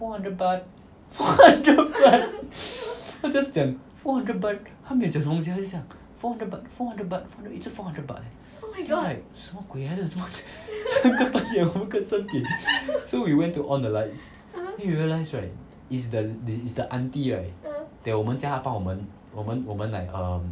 four hundred baht four hundred baht 她 just 讲 four hundred baht 她没有讲什么东西她 just 这样 four hundred baht four hundred baht 一直 four hundred baht leh then like 什么鬼来的做什么四个朋友那个三点 so we went to on the lights then we realise right is the is the auntie right that 我们叫她帮我们我们我们 like um